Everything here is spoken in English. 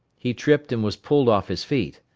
he tripped and was pulled off his feet.